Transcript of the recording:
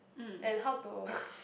and how to